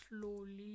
slowly